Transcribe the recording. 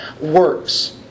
works